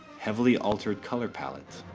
heavily altered color palette,